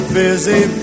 busy